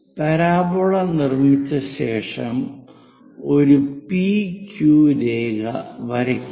parabola നിർമ്മിച്ച ശേഷം ഒരു പി ക്യൂ രേഖ വരയ്ക്കുക